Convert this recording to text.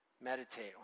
Meditate